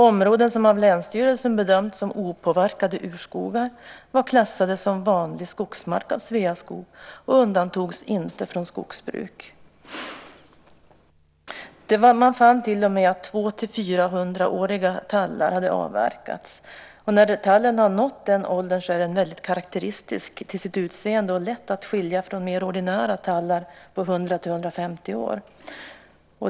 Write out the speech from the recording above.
Områden som av länsstyrelsen bedömts som opåverkade urskogar var klassade som vanlig skogsmark av Sveaskog och undantogs inte från skogsbruk. Man fann till och med att 200-400-åriga tallar hade avverkats. När tallen har nått den åldern är den väldigt karaktäristisk till sitt utseende och lätt att skilja från mer ordinära tallar på 100-150 år.